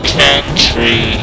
country